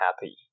happy